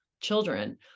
children